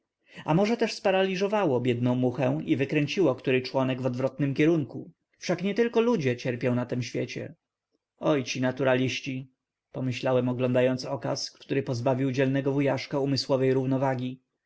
wzruszyło a może też sparaliżowało biedną muchę i wykręciło który członek w odwrotnym kierunku wszak nietylko ludzie cierpią na tym świecie oj ci naturaliści pomyślałem oglądając okaz który pozbawił dzielnego wujaszka umysłowej równowagi